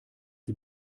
sie